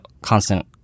constant